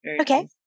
Okay